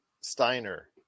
Steiner